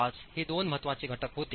5 हे दोन महत्त्वाचे घटक होते